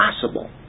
possible